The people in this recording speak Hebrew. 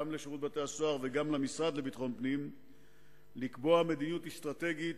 גם לשירות בתי-הסוהר וגם למשרד לביטחון פנים לקבוע מדיניות אסטרטגית,